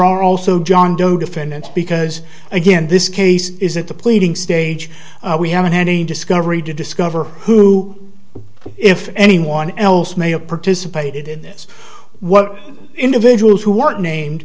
are also john doe defendants because again this case is at the pleading stage we haven't had any discovery to discover who if anyone else may have participated in this what individuals who were named